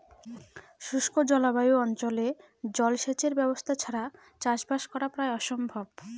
শুষ্ক জলবায়ু অঞ্চলে জলসেচের ব্যবস্থা ছাড়া চাষবাস করা প্রায় অসম্ভব